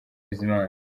bizimana